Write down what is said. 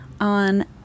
on